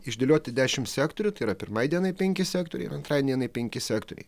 išdėlioti dešimt sektorių tai yra pirmai dienai penki sektoriai ir antrai dienai penki sektoriai